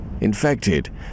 infected